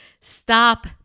Stop